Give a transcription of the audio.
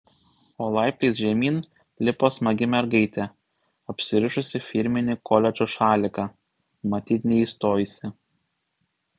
o laiptais žemyn lipo smagi mergaitė apsirišusi firminį koledžo šaliką matyt neįstojusi